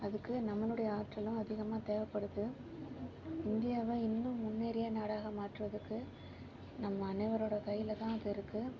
அதுக்கு நம்மளுடைய ஆற்றலும் அதிகமாக தேவைப்படுது இந்தியாவை இன்னும் முன்னேறிய நாடாக மாற்றுவதுக்கு நம் அனைவரோட கையிலதா அது இருக்குது